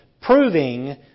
proving